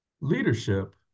Leadership